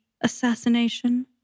assassination